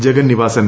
Jagannivasan